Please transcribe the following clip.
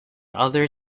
other